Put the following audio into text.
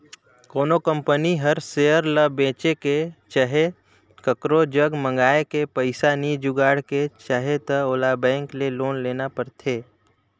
कोनो कंपनी हर सेयर ल बेंच के चहे काकरो जग मांएग के पइसा नी जुगाड़ के चाहे त ओला बेंक ले लोन लेना परथें